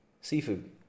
Seafood